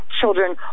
children